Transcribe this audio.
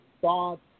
thoughts